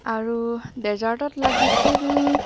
আৰু ডেজাৰ্টত লাগিছিল